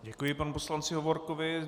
Děkuji panu poslanci Hovorkovi.